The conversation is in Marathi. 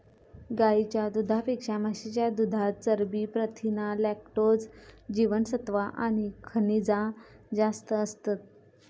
गाईच्या दुधापेक्षा म्हशीच्या दुधात चरबी, प्रथीना, लॅक्टोज, जीवनसत्त्वा आणि खनिजा जास्त असतत